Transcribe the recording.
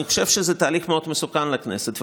אני חושב שזה תהליך מאוד מסוכן לכנסת,